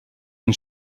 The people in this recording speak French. une